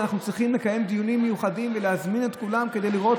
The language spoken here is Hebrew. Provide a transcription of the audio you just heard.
אנחנו צריכים לקיים דיונים מיוחדים ולהזמין את כולם כדי לראות